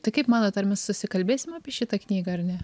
tai kaip manot ar mes susikalbėsim apie šitą knygą ar ne